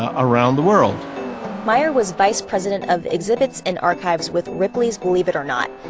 ah around the world meyer was vice president of exhibits and archives with ripley's believe it or not,